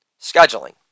Scheduling